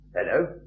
Hello